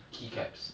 key caps